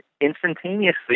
instantaneously